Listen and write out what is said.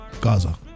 Gaza